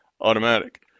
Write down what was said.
automatic